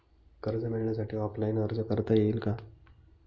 कर्ज मिळण्यासाठी ऑफलाईन अर्ज करता येईल का?